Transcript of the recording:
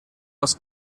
was